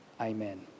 Amen